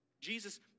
Jesus